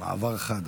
מעבר חד.